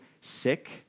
sick